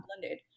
blended